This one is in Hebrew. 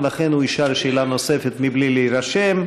ולכן הוא ישאל שאלה נוספת בלי להירשם.